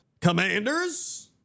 Commanders